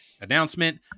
announcement